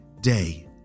day